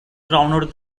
crowned